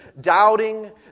doubting